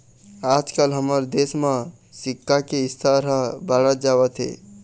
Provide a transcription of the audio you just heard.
आजकाल हमर देश म सिक्छा के स्तर ह बाढ़त जावत हे